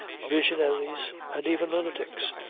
visionaries and even lunatics.